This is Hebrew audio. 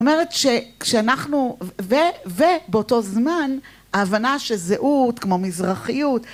אומרת ש.. כשאנחנו.. ו.. ו.. באותו זמן ההבנה שזהות כמו מזרחיות